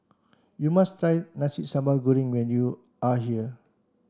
you must try Nasi Sambal Goreng when you are here